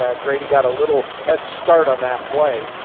ah grady got a little head start on that play.